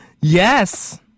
Yes